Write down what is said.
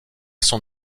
son